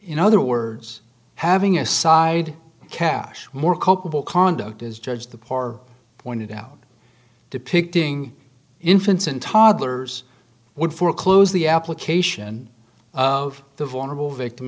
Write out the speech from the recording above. in other words having a side cashmore culpable conduct is judged the par pointed out depicting infants and toddlers would foreclose the application of the vulnerable victim